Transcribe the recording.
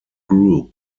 group